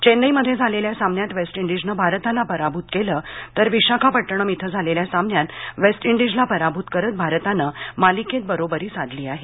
चेन्नईमध्ये झालेल्या सामन्यात वेस्ट इंडीजनं भारताला पराभूत केलं तर विशाखापट्टणम इथंझालेल्या सामन्यात वेस्ट इंडीजला पराभूत करत भारतानं मालिकेत बरोबरी साधली आहे